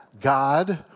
God